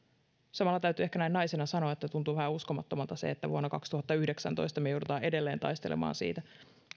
samalla täytyy ehkä näin naisena sanoa että tuntuu vähän uskomattomalta että vuonna kaksituhattayhdeksäntoista me joudumme edelleen taistelemaan siitä